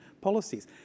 policies